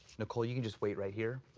nicole, you can just wait right here?